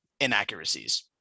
inaccuracies